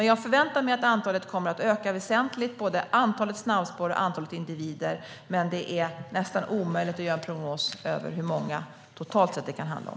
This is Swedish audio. Jag förväntar mig alltså att både antalet snabbspår och antalet individer kommer att öka väsentligt, men det är nästan omöjligt att göra en prognos över hur många det totalt sett kan handla om.